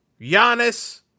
Giannis